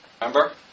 Remember